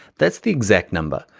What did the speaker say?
that's the exact number,